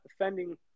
offending